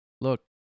Look